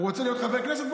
הוא רוצה להיות חבר כנסת?